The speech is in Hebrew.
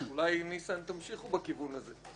אולי, ניסן, תמשיכו בכיוון הזה.